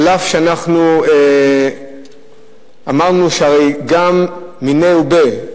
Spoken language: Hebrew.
אף שאנחנו אמרנו שגם מיניה וביה,